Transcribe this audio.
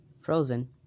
frozen